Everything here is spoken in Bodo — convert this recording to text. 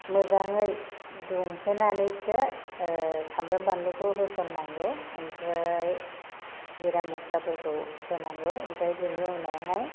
मोजायै दुंहोनानैसो सामब्राम बानलुखौ होसन नांगौ आमफ्राय जिरा मस्लाफोरखौ होनांगौ आमफ्राय बेनि उनावहाय